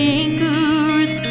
anchor's